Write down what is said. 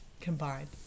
combined